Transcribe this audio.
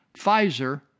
Pfizer